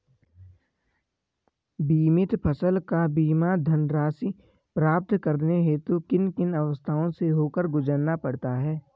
बीमित फसल का बीमा धनराशि प्राप्त करने हेतु किन किन अवस्थाओं से होकर गुजरना पड़ता है?